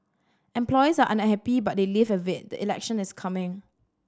employees are unhappy but they live with it the election is coming